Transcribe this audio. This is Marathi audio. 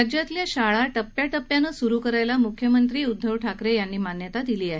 राज्यातल्या शाळा टप्प्या टप्प्यानं सुरु करायला मुख्यमंत्री उद्धव ठाकरे यांनी मान्यता दिली आहे